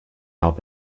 help